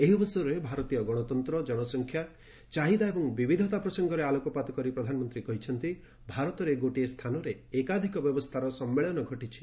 ଏହି ଅବସରରେ ଭାରତୀୟ ଗଣତନ୍ତ୍ର ଜନସଂଖ୍ୟା ଚାହିଦା ଏବଂ ବିବିଧତା ପ୍ରସଙ୍ଗରେ ଆଲୋକପାତ କରି ପ୍ରଧାନମନ୍ତ୍ରୀ କହିଛନ୍ତି ଭାରତରେ ଗୋଟିଏ ସ୍ଥାନରେ ଏକାଧିକ ବ୍ୟବସ୍ଥାର ସମ୍ମେଳନ ଘଟିଛି